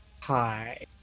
Hi